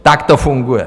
Tak to funguje.